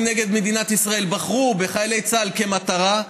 נגד מדינת ישראל בחרו בחיילי צה"ל כמטרה,